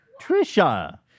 Trisha